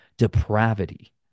depravity